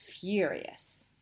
furious